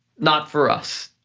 not for us.